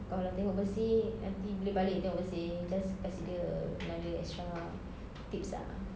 kalau tengok bersih nanti bila balik you tengok bersih just kasih dia like a extra tips ah